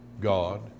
God